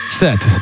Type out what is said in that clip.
set